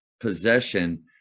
possession